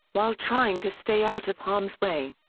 while trying to stay out of harm's way.